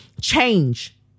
change